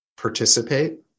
participate